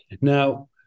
Now